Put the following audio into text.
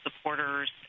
supporters